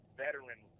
veteran